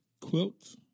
Quilts